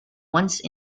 once